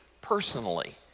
personally